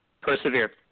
persevere